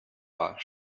war